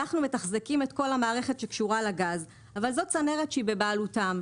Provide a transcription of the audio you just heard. אנחנו מתחזקים את כל המערכת שקשורה לגז אבל זאת צנרת שהיא בבעלותם.